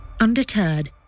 Undeterred